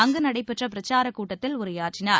அங்கு நடைபெற்ற பிரச்சாரக் கூட்டத்தில் உரையாற்றினார்